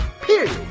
period